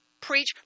preach